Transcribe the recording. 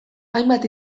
hainbat